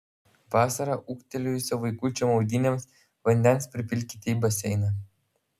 vasarą ūgtelėjusio vaikučio maudynėms vandens pripilkite į baseiną